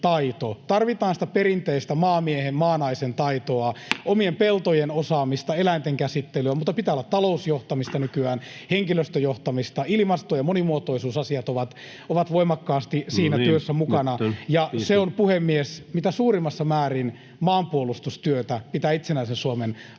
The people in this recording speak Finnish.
tarvitaan sitä perinteistä maamiehen, maanaisen taitoa, omien peltojen osaamista, eläinten käsittelyä, mutta pitää olla talousjohtamista nykyään, henkilöstöjohtamista, ilmasto- ja monimuotoisuusasiat ovat voimakkaasti siinä työssä mukana, [Puhemies: No niin!] ja on, puhemies, mitä suurimmissa määrin maanpuolustustyötä pitää itsenäisen Suomen